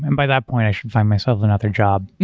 and by that point, i should find myself another job.